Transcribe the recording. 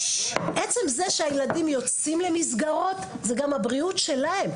עצם זה שהילדים יוצאים למסגרות זה גם הבריאות שלהם.